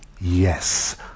Yes